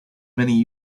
many